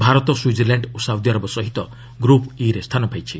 Bharat' Switzerland ଓ Saudi Arabia ସହିତ group E ରେ ସ୍ଥାନ ପାଇଛି